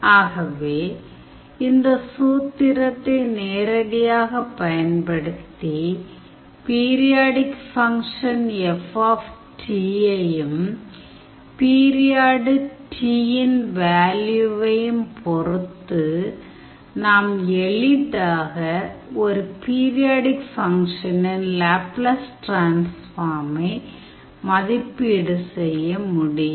ஆகவே இந்த சூத்திரத்தை நேரடியாகப் பயன்படுத்தி பீரியாடிக் ஃபங்க்ஷன் F - யையும் பீரியாடு T இன் வேல்யூவையும் பொறுத்து நாம் எளிதாக ஒரு பீரியாடிக் ஃபங்க்ஷனின் லேப்லஸ் டிரான்ஸ்ஃபார்மை மதிப்பீடு செய்ய முடியும்